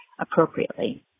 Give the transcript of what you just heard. appropriately